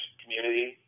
community